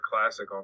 Classic